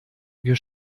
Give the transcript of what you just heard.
wir